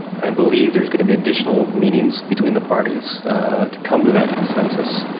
i believe there's gonna be additional meetings between the parties to come to that consensus.